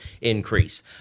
increase